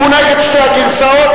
הוא נגד שתי הגרסאות.